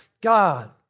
God